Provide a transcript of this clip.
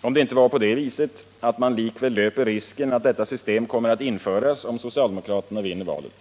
om det inte var så att man likväl löper risken att detta system kommer att införas, om socialdemokraterna vinner valet.